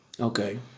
Okay